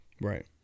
Right